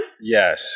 Yes